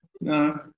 no